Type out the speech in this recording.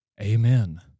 Amen